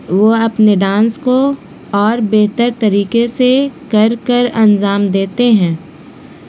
وہ اپنے ڈانس کو اور بہتر طریقے سے کر کر انجام دیتے ہیں